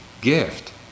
gift